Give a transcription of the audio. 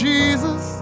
Jesus